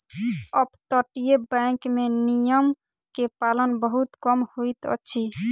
अपतटीय बैंक में नियम के पालन बहुत कम होइत अछि